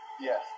Yes